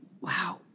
wow